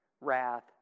wrath